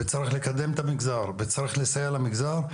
וצריך לקדם את המגזר וצריך לסייע למגזר.